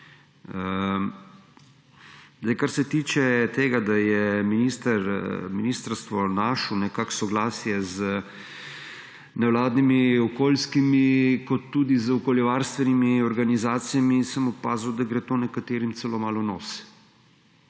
Kar se tiče tega, da je ministrstvo našlo nekako soglasje z nevladnimi, okoljskimi, kot tudi z okoljevarstvenimi organizacijami. Opazil sem, da gre to nekaterim celo malo v nos.